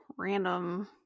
random